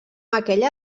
aquella